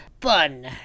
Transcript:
Fun